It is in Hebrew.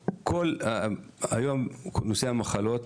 היום כל נושא המחלות,